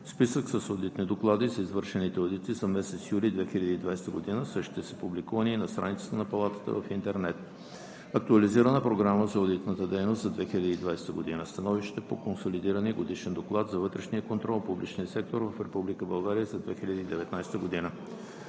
Списък с одитни доклади за извършените одити за месец юли 2020 г. Същите са публикувани на страницата на Палатата в интернет. - Актуализирана програма за одитната дейност за 2020 г. - Становище по консолидирания годишен доклад за вътрешния контрол, публичния сектор в Република